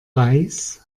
reis